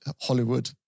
Hollywood